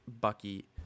Bucky